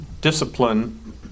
discipline